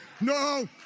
No